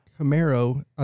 Camaro